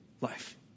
life